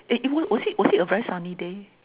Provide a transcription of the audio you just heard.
eh it was was it a very sunny day